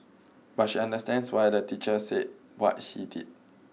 but she understands why the teacher said what he did